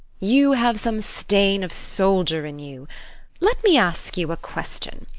you have some stain of soldier in you let me ask you a question.